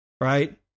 right